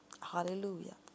Hallelujah